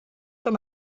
wenn